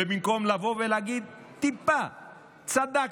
ובמקום לבוא ולהגיד: טיפה צדקתם,